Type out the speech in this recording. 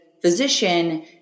physician